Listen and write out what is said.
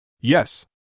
Yes